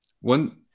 one